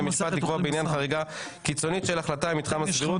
המשפט לקבוע בעניין חריגה קיצונית של החלטה במתחם הסבירות.